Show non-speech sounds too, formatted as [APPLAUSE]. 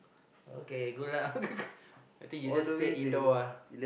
okay good lah [LAUGHS] I think you just stay indoor ah